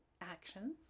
actions